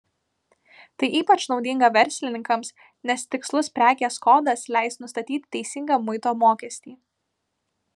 tai ypač naudinga verslininkams nes tikslus prekės kodas leis nustatyti teisingą muito mokestį